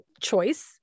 choice